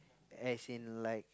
as in like